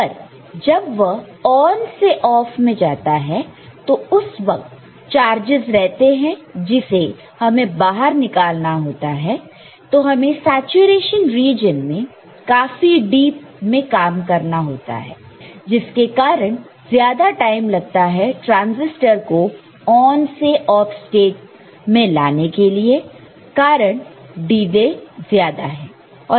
पर जब वह ऑन से ऑफ में जाता है तो उस वक्त चार्जर्स रहते हैं जिसे हमें बाहर निकालना होता है तो हमें सैचुरेशन रीजन में काफी डीप में काम करना होता है जिसके कारण ज्यादा टाइम लगता है ट्रांसिस्टर को ऑन से ऑफ स्टेट में लाने के लिए कारण डिले ज्यादा है